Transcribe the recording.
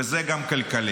וזה גם כלכלי.